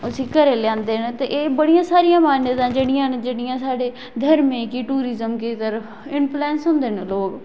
उसी घरै लेओंदे न ते एह् बड़ियां सारियां मान्यता जेह्ड़ियां न जेह्ड़ियां साढ़े धर्में गी टूरजिम गी इंफलैंस होंदे न लोक